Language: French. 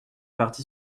parti